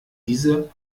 diese